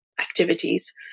activities